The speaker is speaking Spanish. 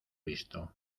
visto